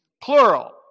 plural